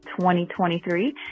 2023